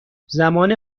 زمان